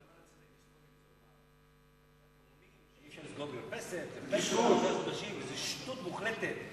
הטיעונים שאי-אפשר לסגור מרפסת, זאת שטות מוחלטת.